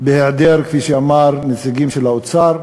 בהיעדר נציגים של האוצר,